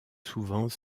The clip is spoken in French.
souvent